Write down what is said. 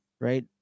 right